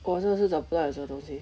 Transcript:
我真的是找不到 eh 这个东西